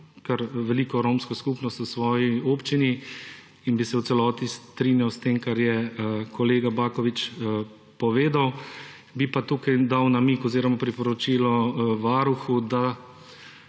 kar veliko romski skupnost v svoji občini in bi se v celoti strinjal s tem, kar je kolega Baković povedal. Bi pa tukaj dal namig oziroma priporočilo varuhu, da